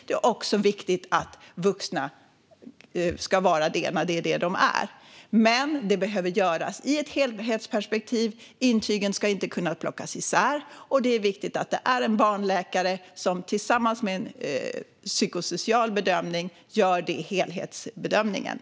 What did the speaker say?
Det är också viktigt att vuxna betraktas som sådana när det är det de är. Men detta behöver göras med ett helhetsperspektiv. Intygen ska inte kunna plockas isär, och det är viktigt att det är en barnläkare som gör helhetsbedömningen, där en psykosocial bedömning ingår.